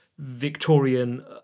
Victorian